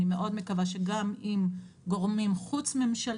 אני מאוד מקווה שגם עם גורמים חוץ-ממשלתיים